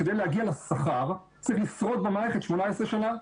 כדי להגיע לשכר צריך לשרוד במערכת 18 שנה.